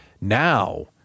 Now